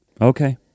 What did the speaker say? Okay